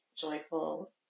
joyful